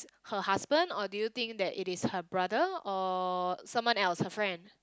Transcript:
her husband or do you think that it is her brother or someone else her friend